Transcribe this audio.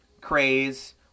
craze